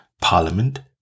Parliament